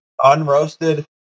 unroasted